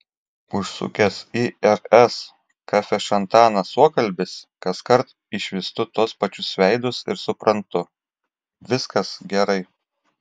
užsukęs į rs kafešantaną suokalbis kaskart išvystu tuos pačius veidus ir suprantu viskas gerai